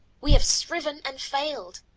we have striven and failed.